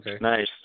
Nice